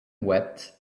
wept